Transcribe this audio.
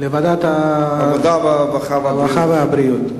לוועדת, העבודה, הרווחה והבריאות.